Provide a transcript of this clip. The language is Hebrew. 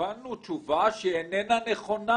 קיבלנו תשובה שהיא איננה נכונה,